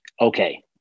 okay